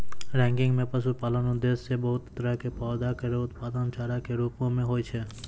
ranking म पशुपालन उद्देश्य सें बहुत तरह क पौधा केरो उत्पादन चारा कॅ रूपो म होय छै